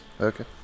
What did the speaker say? Okay